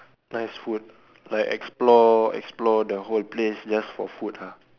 nice food like explore explore the whole place just for food ah